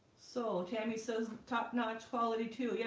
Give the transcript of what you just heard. so tammie says top-notch quality too. yeah